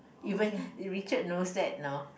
even Richard knows that know